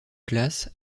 classes